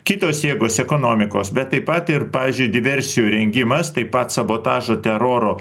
kitos jėgos ekonomikos bet taip pat ir pavyzdžiui diversijų rengimas taip pat sabotažo teroro